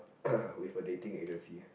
with a dating agency